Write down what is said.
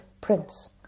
Prince